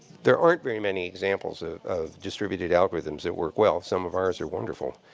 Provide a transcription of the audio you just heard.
there aren't very many examples of distributed algorithms that work well. some of ours are wonderful.